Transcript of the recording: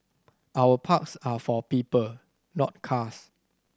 our parks are for people not cars